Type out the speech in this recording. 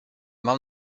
mam